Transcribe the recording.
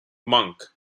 monk